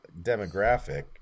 demographic